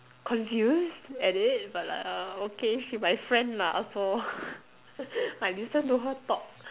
confused at it but uh okay she my friend mah so I listen to her talk